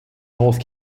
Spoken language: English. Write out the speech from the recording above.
north